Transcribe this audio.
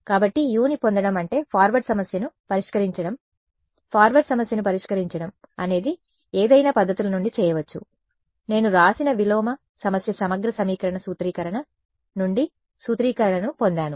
కాబట్టి u ని పొందడం అంటే ఫార్వర్డ్ సమస్యను పరిష్కరించడం ఫార్వర్డ్ సమస్యను పరిష్కరించడం అనేది ఏదైనా పద్ధతుల నుండి చేయవచ్చు నేను వ్రాసిన విలోమ సమస్య సమగ్ర సమీకరణ సూత్రీకరణ నుండి సూత్రీకరణను పొందాను